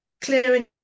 clearing